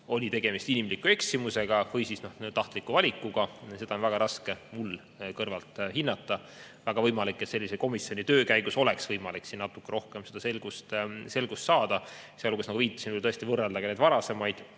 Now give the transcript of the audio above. oli tegemist inimliku eksimusega või tahtliku valikuga, ja seda on mul väga raske kõrvalt hinnata. Väga võimalik, et sellise komisjoni töö käigus oleks võimalik natuke rohkem selgust saada, sealhulgas, nagu viitasin, tõesti võrrelda ka varasemaid